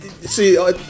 See